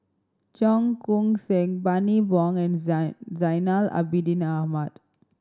Cheong Koon Seng Bani Buang and Zainal Abidin Ahmad